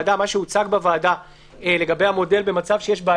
אבל רח"ל היא המובילה.